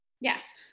Yes